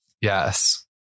Yes